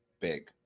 big